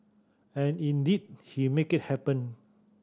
and indeed he make it happen